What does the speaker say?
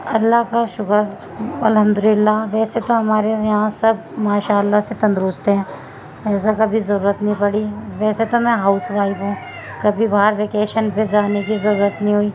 اللہ کا شکر الحمد للہ ویسے تو ہمارے یہاں سب ماشاء اللہ سے تندرست ہیں ایسا کبھی ضرورت نہیں پڑی ویسے تو میں ہاؤس وائف ہوں کبھی باہر ویکیشن پہ جانے کی ضرورت نہیں ہوئی